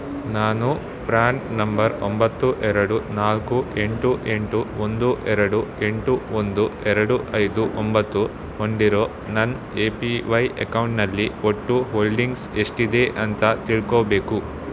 ನಾನು PAN number ಒಂಬತ್ತು ಎರಡು ನಾಲ್ಕು ಎಂಟು ಎಂಟು ಒಂದು ಎರಡು ಎಂಟು ಒಂದು ಎರಡು ಐದು ಒಂಬತ್ತು ಹೊಂದಿರೋ ನನ್ನ ಎ ಪಿ ವೈ ಎಕೌಂಟ್ನಲ್ಲಿ ಒಟ್ಟು ಹೋಲ್ಡಿಂಗ್ಸ್ ಎಷ್ಟಿದೆ ಅಂತ ತಿಳ್ಕೋಬೇಕು